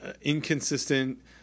inconsistent